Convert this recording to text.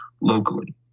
locally